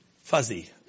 fuzzy